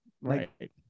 right